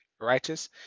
righteous